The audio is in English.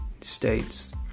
states